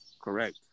Correct